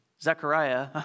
Zechariah